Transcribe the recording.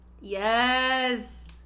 Yes